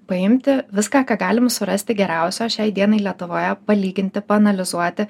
paimti viską ką galim surasti geriausio šiai dienai lietuvoje palyginti paanalizuoti